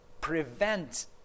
prevent